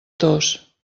tos